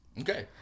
Okay